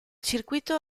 circuito